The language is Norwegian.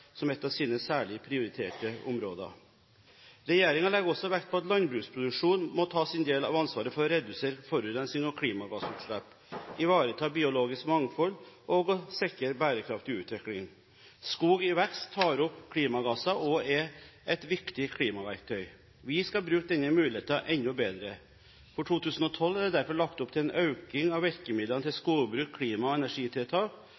som et av sine særlig prioriterte områder. Regjeringen legger også vekt på at landbruksproduksjon må ta sin del av ansvaret for å redusere forurensning og klimagassutslipp, og for å ivareta biologisk mangfold og sikre bærekraftig utvikling. Skog i vekst tar opp klimagasser og er et viktig klimaverktøy. Vi skal bruke denne muligheten enda bedre. For 2012 er det derfor lagt opp til en økning av virkemidlene til